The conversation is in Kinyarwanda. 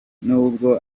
nubwo